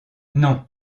non